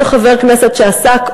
כל חבר כנסת שעסק,